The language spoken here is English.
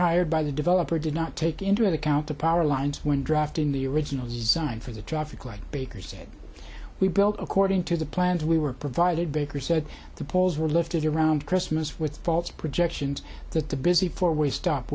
hired by the developer did not take into account the power lines when drafting the original design for the traffic like baker said we built according to the plans we were provided baker said the poles were lifted around christmas with faults projections that the busy four way stop